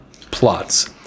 plots